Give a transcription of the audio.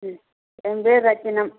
ம் என் பெயர் அர்ச்சனா